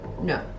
No